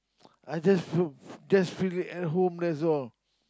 I just feel just feel it at home that's all